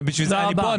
ובשביל זה אני פה,